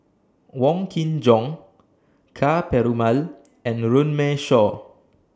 Wong Kin Jong Ka Perumal and Runme Shaw